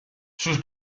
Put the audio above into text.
sus